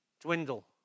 dwindle